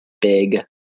big